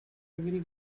agree